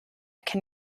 can